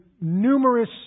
numerous